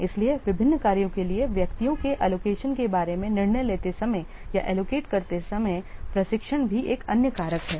इसलिए विभिन्न कार्यों के लिए व्यक्तियों के एलोकेशन के बारे में निर्णय लेते समय या एलोकेट करते समय प्रशिक्षण भी एक अन्य कारक है